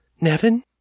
Nevin